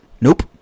Nope